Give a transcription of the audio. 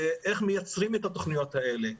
איך מייצרים את התכניות האלה.